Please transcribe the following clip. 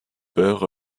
père